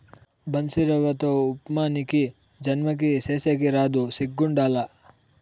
బన్సీరవ్వతో ఉప్మా నీకీ జన్మకి సేసేకి రాదు సిగ్గుండాల